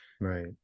Right